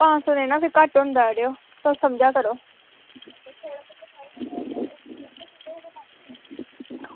पंज सौ देना भी घट्ट होंदा अड़ेओ ते समझा करो